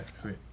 sweet